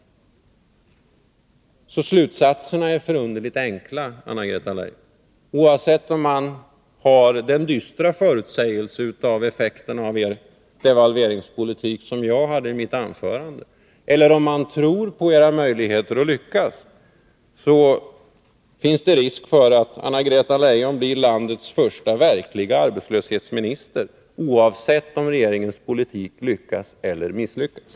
Således är slutsatserna förunderligt enkla, Anna-Greta Leijon! Oavsett om man tar fasta på den dystra förutsägelse beträffande effekterna av er devalveringspolitik som jag gav uttryck för i mitt anförande eller om man tror på era möjligheter att lyckas, så finns risken att Anna-Greta Leijon blir landets första verkliga arbetslöshetsminister — oberoende av om regeringens politik lyckas eller misslyckas.